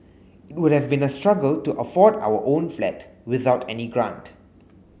it would have been a struggle to afford our own flat without any grant